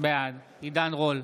בעד עידן רול,